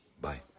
Bye